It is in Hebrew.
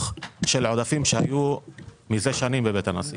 של העודפים שהיו מזה שנים בבית הנשיא.